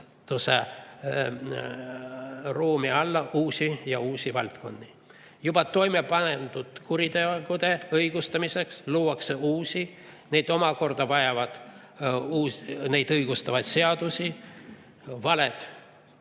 ruumi alla aina uusi valdkondi. Juba toime pandud kuritegude õigustamiseks luuakse uusi. Need omakorda vajavad uusi neid õigustavaid seadusi. Valed